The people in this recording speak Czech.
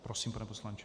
Prosím, pane poslanče.